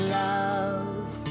love